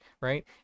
right